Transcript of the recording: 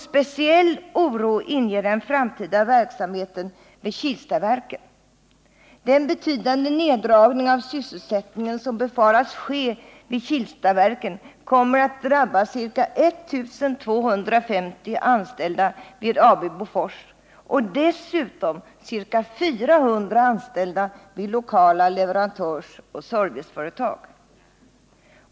Speciell oro inger den framtida verksamheten vid Kilstaverken. Den betydande neddragning av sysselsättningen som befaras ske vid Kilstaverken kommer att drabba ca 1 250 anställda vid AB Bofors och ca 400 anställda vid lokala leverantörsoch serviceföretag.